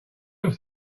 have